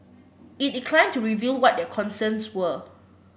it declined to reveal what their concerns were